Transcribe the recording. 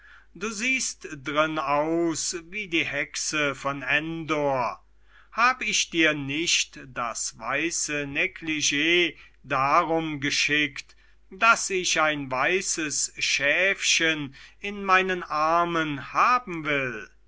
du siehst drin aus wie die hexe von endor hab ich dir nicht das weiße neglig darum geschickt daß ich ein weißes schäfchen in meinen armen haben will